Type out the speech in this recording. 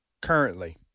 currently